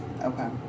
Okay